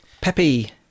Peppy